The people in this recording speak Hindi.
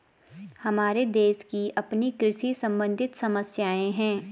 हर देश की अपनी कृषि सम्बंधित समस्याएं हैं